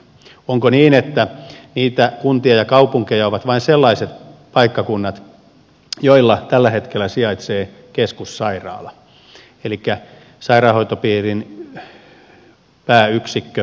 onko niin että niitä kuntia ja kaupunkeja ovat vain sellaiset paikkakunnat joilla tällä hetkellä sijaitsee keskussairaala elikkä sairaanhoitopiirin pääyksikkö